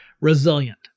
resilient